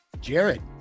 jared